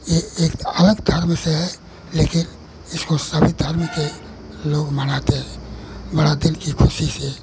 यह एक अलग धर्म से है लेकिन इसको सभी धर्मों के लोग मनाते हैं बड़े दिन की ख़ुशी से